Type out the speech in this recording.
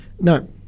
No